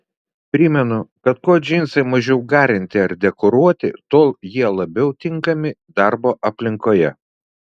primenu kad kuo džinsai mažiau garinti ar dekoruoti tuo jie labiau tinkami darbo aplinkoje